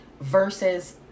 versus